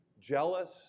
jealous